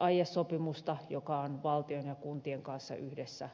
aiesopimusta joka on valtion ja kuntien kanssa yhdessä sovittu